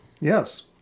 Yes